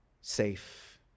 safe